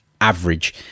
average